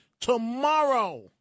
tomorrow